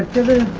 given